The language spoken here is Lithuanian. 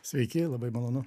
sveiki labai malonu